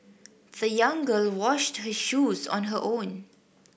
the young girl washed her shoes on her own